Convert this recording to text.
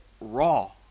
raw